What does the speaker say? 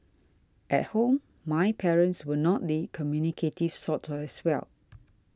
at home my parents were not the communicative sort as well